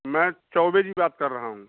मैं चौबे जी बात कर रहा हूँ